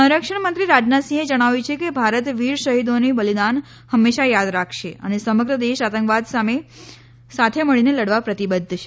સંરક્ષણ મંત્રી રાજનાથ સિંહે જણાવ્યું છે કે ભારત વિર શહિદોનું બલિદાન હંમેશા યાદ રાખશે અને સમગ્ર દેશ આતંકવાદ સામે સાથે મળીને લડવા પ્રતિબદ્ધ છે